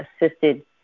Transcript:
assisted